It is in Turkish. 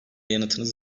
yanıtınız